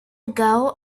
ago